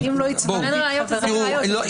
לרנאו,